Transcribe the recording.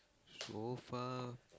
so far